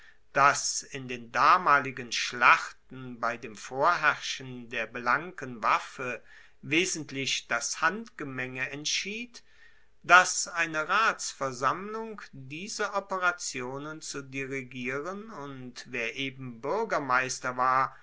dass in den damaligen schlachten bei dem vorherrschen der blanken waffe wesentlich das handgemenge entschied dass eine ratsversammlung diese operationen zu dirigieren und wer eben buergermeister war